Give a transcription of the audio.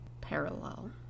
Parallel